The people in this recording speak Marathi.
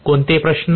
कोणतेही प्रश्न